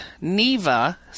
Neva